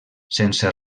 sense